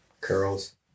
curls